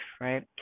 right